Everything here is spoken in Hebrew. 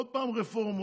עוד פעם רפורמות,